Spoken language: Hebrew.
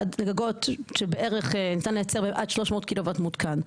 גגות שניתן לייצר בהן עד 300 קילוואט מותקן.